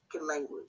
language